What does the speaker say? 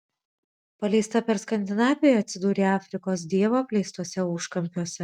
paleista per skandinaviją atsidūrė afrikos dievo apleistuose užkampiuose